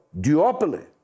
duopoly